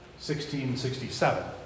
1667